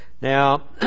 Now